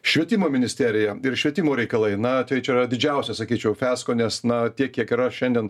švietimo ministerija ir švietimo reikalai na tai čia yra didžiausias sakyčiau fiasko nes na tiek kiek yra šiandien